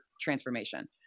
transformation